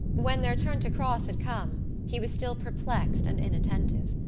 when their turn to cross had come he was still perplexed and inattentive.